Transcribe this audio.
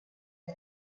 dia